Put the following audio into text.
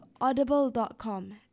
audible.com